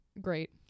great